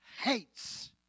hates